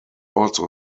also